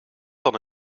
van